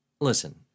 Listen